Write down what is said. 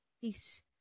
Peace